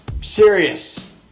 Serious